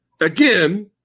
Again